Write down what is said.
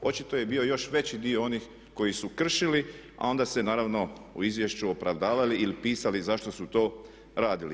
Očito je bio još veći dio onih koji su kršili, a onda se naravno u izvješću opravdavali ili pisali zašto su to radili.